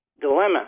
dilemma